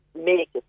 make